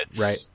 Right